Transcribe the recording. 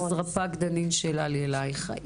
רפ"ק דנין, שאלה לי אליך.